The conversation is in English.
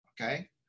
Okay